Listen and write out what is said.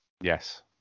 Yes